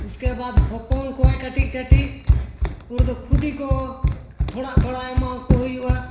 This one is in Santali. ᱩᱥᱠᱮ ᱵᱟᱫ ᱦᱚᱯᱚᱱ ᱠᱚᱣᱟᱭ ᱠᱟᱹᱴᱤᱡ ᱠᱟᱹᱴᱤᱡ ᱩᱱ ᱨᱮᱫᱚ ᱠᱷᱚᱫᱮ ᱠᱚ ᱛᱷᱚᱲᱟ ᱛᱷᱚᱲᱟ ᱮᱢᱟ ᱠᱚ ᱦᱩᱭᱩᱜᱼᱟ